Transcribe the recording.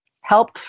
help